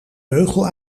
beugel